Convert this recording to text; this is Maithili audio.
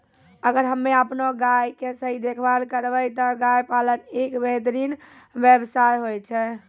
अगर हमॅ आपनो गाय के सही देखभाल करबै त गाय पालन एक बेहतरीन व्यवसाय होय छै